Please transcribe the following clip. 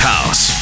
House